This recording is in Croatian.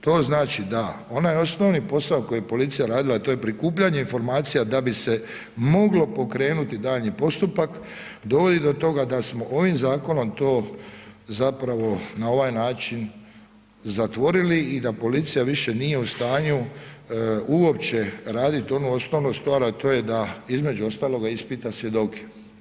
To znači da onaj osnovni posao koji je policija radila a to je prikupljanje informacija da bi se moglo pokrenuti daljnji postupak dovodi do toga da smo ovim zakonom to zapravo na ovaj način zatvorili i da policija više nije u stanju uopće raditi onu osnovnu stvar a to je da između ostaloga ispita svjedoke.